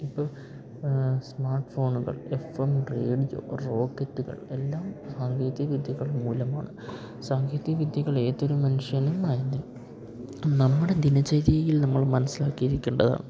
ഇപ്പോൾ സ്മാർട്ട് ഫോണുകൾ F M radio റോക്കറ്റുകൾ എല്ലാം സാങ്കേതികവിദ്യകൾ മൂലമാണ് സാങ്കേതികവിദ്യകൾ ഏതൊരു മനുഷ്യനും അതിൻ്റെ നമ്മുടെ ദിനചര്യയിൽ നമ്മൾ മനസ്സിലാക്കിയിരിക്കേണ്ടതാണ്